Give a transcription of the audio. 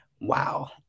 Wow